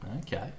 okay